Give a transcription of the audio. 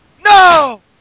no